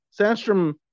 Sandstrom